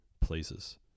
places